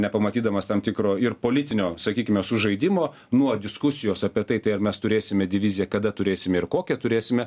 nepamatydamas tam tikro ir politinio sakykime sužaidimo nuo diskusijos apie tai tai ar mes turėsime diviziją kada turėsime ir kokią turėsime